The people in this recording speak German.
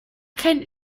keinen